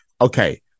Okay